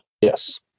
Yes